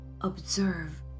observe